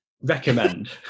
recommend